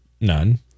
None